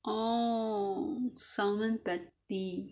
oh salmon patty